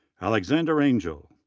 alexander angel,